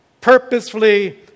purposefully